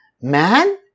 man